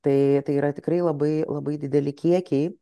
tai tai yra tikrai labai labai dideli kiekiai